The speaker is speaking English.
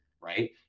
right